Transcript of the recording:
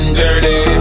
dirty